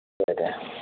दे दे